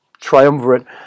triumvirate